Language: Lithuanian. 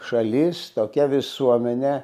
šalis tokia visuomenė